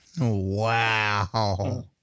Wow